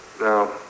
Now